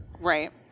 Right